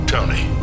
Tony